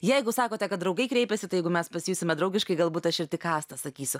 jeigu sakote kad draugai kreipiasi tai jeigu mes pasijusime draugiškai galbūt aš ir tik asta sakysiu